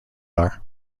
are